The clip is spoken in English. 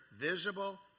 visible